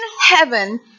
heaven